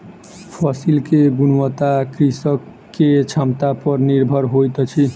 फसिल के गुणवत्ता कृषक के क्षमता पर निर्भर होइत अछि